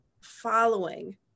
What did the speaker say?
following